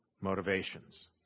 motivations